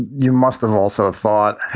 you must have also thought, hey,